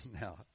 Now